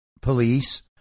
police